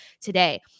today